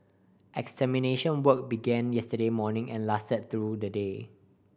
extermination work began yesterday morning and lasted through the day